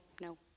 no